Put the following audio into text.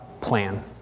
plan